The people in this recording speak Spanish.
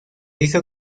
hizo